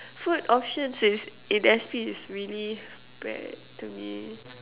food options in S_P is really bad to me